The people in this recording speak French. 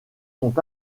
sont